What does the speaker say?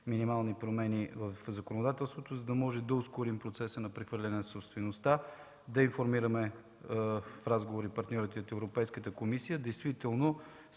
минимални промени в законодателството, за да можем да ускорим процеса на прехвърляне на собствеността, да информираме в разговори партньорите от Европейската комисия. Справедливо